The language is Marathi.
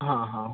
हा हा